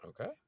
Okay